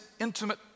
intimate